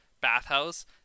bathhouse